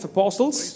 Apostles